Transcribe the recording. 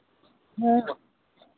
हाँ